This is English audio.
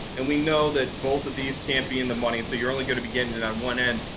and we know that both of these can't be in the money, so you're only going to be getting it on one end,